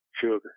sugar